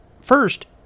First